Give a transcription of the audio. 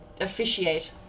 officiate